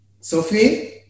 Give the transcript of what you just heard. Sophie